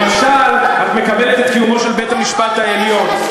למשל, את מקבלת את קיומו של בית-המשפט העליון.